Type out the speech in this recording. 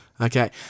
Okay